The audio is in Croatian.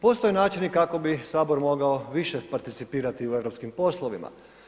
Postoje načini kako bi sabor mogao više participirati u europskim poslovima.